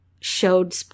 showed